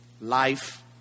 Life